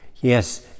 Yes